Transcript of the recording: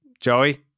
Joey